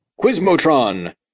Quizmotron